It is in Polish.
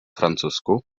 francusku